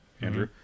Andrew